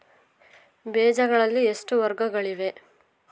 ಬೇಜಗಳಲ್ಲಿ ಎಷ್ಟು ವರ್ಗಗಳಿವೆ?